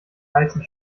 heißen